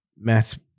Matt's